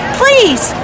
please